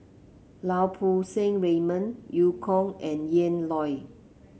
Lau Poo Seng Raymond Eu Kong and Ian Loy